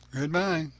good-by.